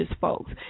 folks